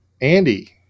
Andy